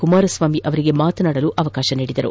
ಕುಮಾರಸ್ಸಾಮಿ ಅವರಿಗೆ ಮಾತನಾಡಲು ಅವಕಾಶ ನೀಡಿದರು